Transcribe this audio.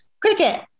Cricket